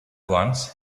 once